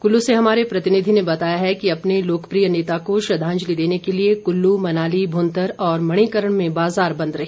कुल्लू से हमारे प्रतिनिधि ने बताया है कि अपने लोकप्रिय नेता को श्रद्धांजलि देने के लिए कुल्लू मनाली भुंतर और मणिकर्ण में बाजार बंद रहे